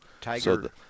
Tiger